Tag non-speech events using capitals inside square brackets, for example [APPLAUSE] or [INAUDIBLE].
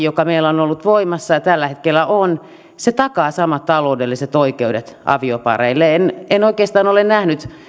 [UNINTELLIGIBLE] joka meillä on ollut voimassa ja tällä hetkellä on takaa samat taloudelliset oikeudet aviopareille en en oikeastaan ole nähnyt